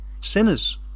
sinners